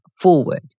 forward